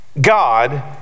God